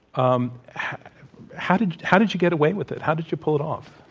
um how did how did you get away with it? how did you pull it off?